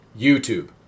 YouTube